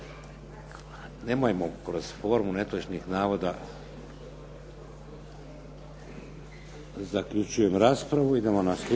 Nemojmo kroz formu netočnih navoda. Zaključujem raspravu.